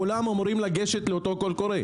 כולם אמורים לגשת לאותו קול קורא.